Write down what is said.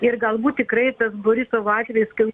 ir galbūt tikrai tas borisovo atvejis kan